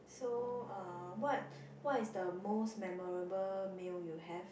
so uh what what is the most memorable meal you have